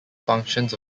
functions